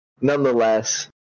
nonetheless